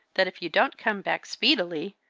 that if you don't come back speedily,